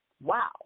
Wow